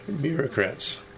bureaucrats